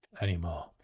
anymore